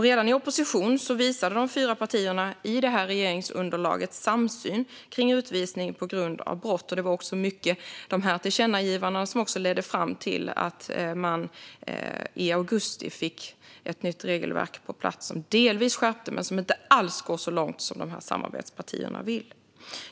Redan i opposition visade de fyra partierna i regeringsunderlaget samsyn kring utvisning på grund av brott. Det var också dessa tillkännagivanden som ledde fram till att man i augusti fick ett nytt regelverk på plats som innebar en skärpning i vissa delar men som inte alls går så långt som samarbetspartierna vill.